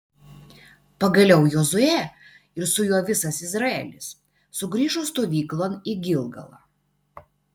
pagaliau jozuė ir su juo visas izraelis sugrįžo stovyklon į gilgalą